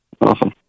Awesome